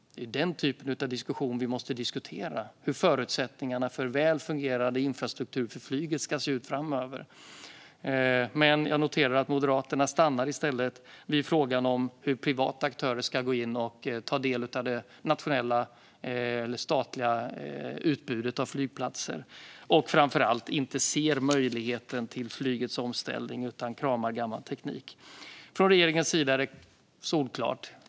Det är den typen av diskussion vi måste föra. Hur ska förutsättningarna för en väl fungerande infrastruktur för flyget se ut framöver? Men jag noterar att Moderaterna i stället stannar vid frågan om hur privata aktörer ska gå in och ta del av det nationella eller statliga utbudet av flygplatser. Framför allt ser man inte möjligheten till omställning av flyget, utan man kramar gammal teknik. Från regeringens sida är det solklart.